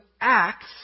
acts